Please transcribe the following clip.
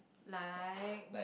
like